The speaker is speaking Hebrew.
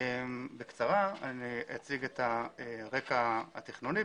אני אציג בקצרה את הרקע התכנוני.